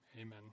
Amen